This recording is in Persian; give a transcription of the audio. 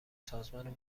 سازمان